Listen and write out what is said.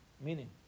meaning